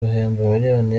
miliyoni